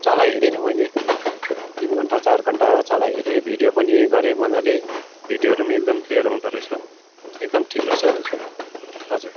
चलाइहेरेँ नि मैले तिन घन्टा चार घन्टा चलाइहेरेँ भिडियो पनि गरेँ मज्जाले भिडियोहरू पनि एकदम क्लियर आउँदो रहेछ एकदम ठिक रहेछ हौ दाजु हजुर